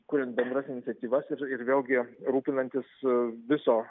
kuriant bendras iniciatyvas ir ir vėlgi rūpinantis viso